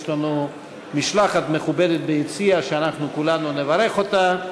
יש לנו משלחת מכובדת ביציע, שכולנו נברך אותה.